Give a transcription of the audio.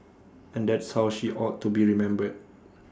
and that's how she ought to be remembered